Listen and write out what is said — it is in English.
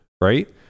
right